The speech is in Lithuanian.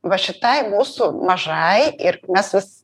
va šitai mūsų mažai ir mes vis